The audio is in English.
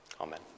Amen